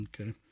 Okay